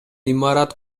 имарат